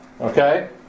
okay